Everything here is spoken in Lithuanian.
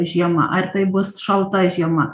žiema ar tai bus šalta žiema